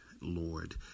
Lord